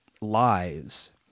lies